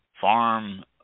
farm